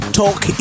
talk